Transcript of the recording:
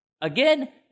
Again